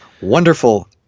wonderful